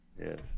Yes